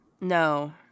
No